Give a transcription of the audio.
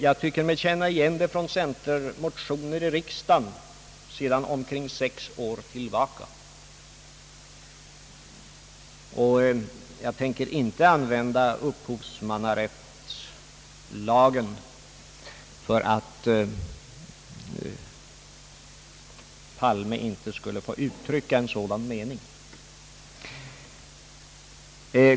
Jag tycker mig känna igen det från centermotioner i riksdagen sedan omkring sex år tillbaka, men jag tänker inte använda upphovsmannarättslagen för att hindra herr Palme att uttrycka en sådan mening.